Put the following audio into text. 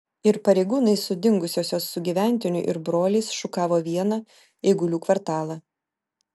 ir pareigūnai su dingusiosios sugyventiniu ir broliais šukavo vieną eigulių kvartalą